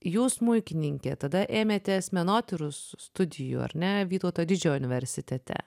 jūs smuikininkė tada ėmėtės menotyros studijų ar ne vytauto didžiojo universitete